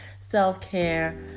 self-care